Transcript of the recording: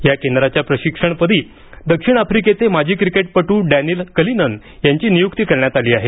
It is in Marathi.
या केंद्राच्या प्रशिक्षकपदी दक्षिण आफ्रिकेचा माजी क्रिकेटपटू डॅरिल कलिनन यांची नियुक्ती करण्यात आली आहे